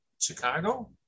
Chicago